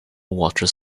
water